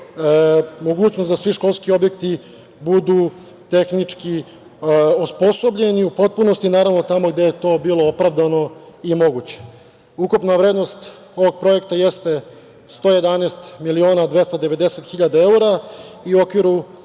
mogućnost da svi školski objekti budu tehnički osposobljeni u potpunosti, naravno tamo gde je to bilo opravdano i moguće. Ukupna vrednost ovog projekta jeste 111 miliona 290 hiljada evra i u okviru